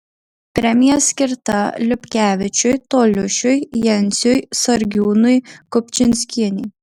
premija skirta liupkevičiui toliušiui jenciui sargiūnui kupčinskienei